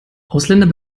ausländer